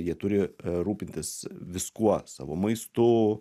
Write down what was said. jie turi rūpintis viskuo savo maistu